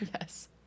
Yes